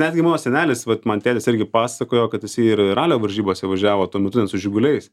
netgi mano senelis vat man tėtis irgi pasakojo kad jisai ir ralio varžybose važiavo tuo metu su žiguliais